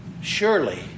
Surely